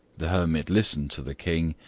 the hermit listened to the king,